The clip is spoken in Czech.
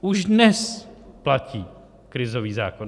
Už dnes platí krizový zákon.